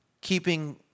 keeping